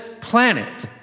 planet